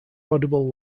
audible